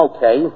Okay